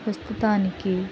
వస్తుతానికి